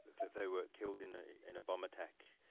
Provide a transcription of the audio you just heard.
they were killed in a in a bomb attack.